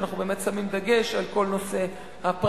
ואנחנו באמת שמים דגש על כל נושא הפריימריס,